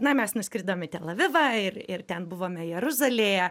na mes nuskridom į tel avivą ir ir ten buvome jeruzalėje